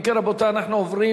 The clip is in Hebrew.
אם כן, רבותי, אנחנו עוברים